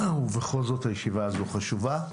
ובכל זאת הישיבה הזו חשובה.